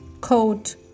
coat